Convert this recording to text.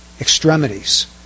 extremities